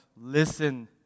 listen